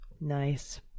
nice